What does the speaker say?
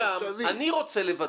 שם אני רוצה לוודא,